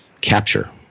capture